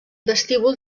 vestíbul